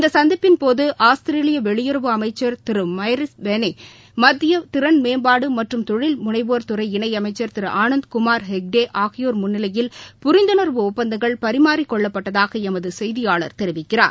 இந்தசந்திப்பின் போது ஆஸ்திரலேயவெளியுறவு அமைச்சர் திருமரைஸ் பேனேமத்தியதிறன்மேம்பாடுமற்றும் தொழில் முனைவோா் துறை இணையமைச்சா் திருஆனந்த் குமாா ஹெக்டேஆகியோர் முன்னிலையில் புரிந்துணா்வு ஒப்பந்தங்கள் பரிமாறிக் கொள்ளப்பட்டதாகளமதுசெய்தியாளர் தெரிவிக்கிறார்